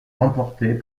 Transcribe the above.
remportée